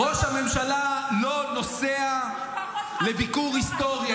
ראש הממשלה לא נוסע לביקור היסטורי.